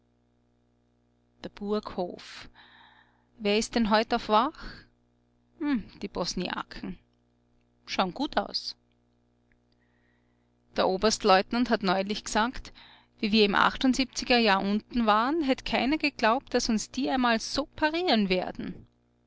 der burghof wer ist denn heut auf wach die bosniaken schau'n gut aus der oberstleutnant hat neulich g'sagt wie wir im er jahr unten waren hätt keiner geglaubt daß uns die einmal so parieren werden